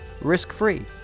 risk-free